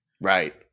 Right